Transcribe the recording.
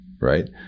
Right